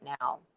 now